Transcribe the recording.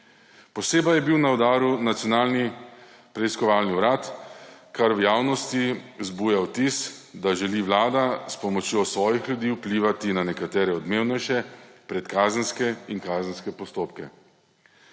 Posebej je bil na udaru Nacionalni preiskovalni urad, kar v javnosti zbuja vtis, da želi vlada s pomočjo svojih ljudi vplivati na nekatere odmevnejše predkazenske in kazenske postopke.